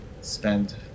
spend